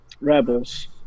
Rebels